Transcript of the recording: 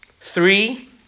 Three